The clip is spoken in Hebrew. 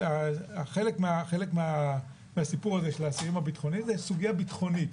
חלק מהסיפור הזה של האסירים הביטחוניים זו סוגיה ביטחונית.